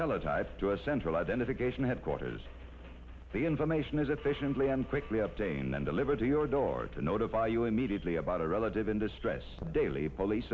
teletype to a central identification headquarters the information is efficiently and quickly updating then delivered to your door to notify you immediately about a relative in distress daily police